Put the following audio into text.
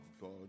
God